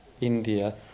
India